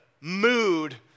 mood